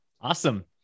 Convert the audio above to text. Awesome